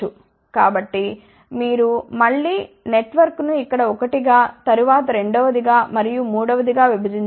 కాబట్టి మీరు మళ్ళీ నెట్వర్క్ను ఇక్కడ ఒకటిగా తరువాత రెండవదిగా మరియు మూడవదిగా విభజించారు